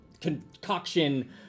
concoction